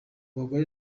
bagore